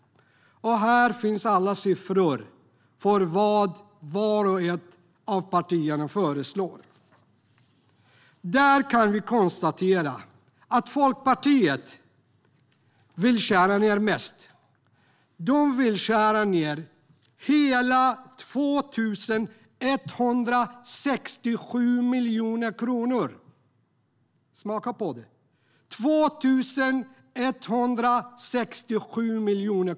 Här finns alla siffror för vad vart och ett av partierna föreslår. Där kan vi konstatera att Liberalerna vill skära ned mest. De vill skära ned med hela 2 167 miljoner kronor. Smaka på det!